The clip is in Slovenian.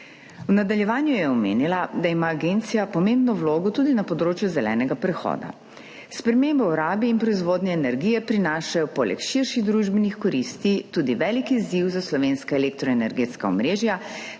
V nadaljevanju je omenila, da ima agencija pomembno vlogo tudi na področju zelenega prehoda. Spremembe v rabi in proizvodnji energije prinašajo poleg širših družbenih koristi tudi velik izziv za slovenska elektroenergetska omrežja,